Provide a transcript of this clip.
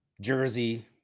jersey